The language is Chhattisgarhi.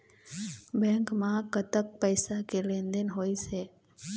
बैंक म कतक पैसा के लेन देन होइस हे?